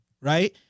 right